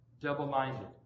Double-minded